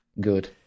good